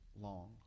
long